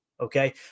Okay